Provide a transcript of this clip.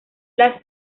las